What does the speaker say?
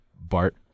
Bart